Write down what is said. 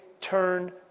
turn